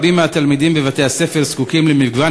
רבים מהתלמידים בבתי-הספר זקוקים למגוון